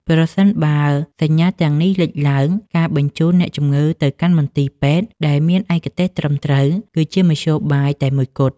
ប្រសិនបើសញ្ញាទាំងនេះលេចឡើង ការបញ្ជូនអ្នកជំងឺទៅកាន់មន្ទីរពេទ្យដែលមានឯកទេសត្រឹមត្រូវគឺជាមធ្យោបាយតែមួយគត់។